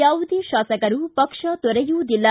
ಯಾವುದೇ ಶಾಸಕರು ಪಕ್ಷ ತೊರೆಯುವುದಿಲ್ಲ